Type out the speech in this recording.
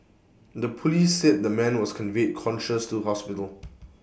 the Police said the man was conveyed conscious to hospital